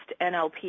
NLP